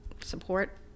support